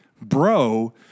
bro